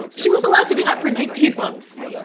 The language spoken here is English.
she was allowed to do that for nineteen months.